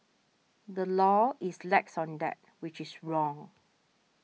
the law is lax on that which is wrong